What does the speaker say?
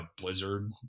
blizzard